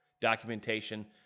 documentation